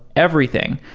everything.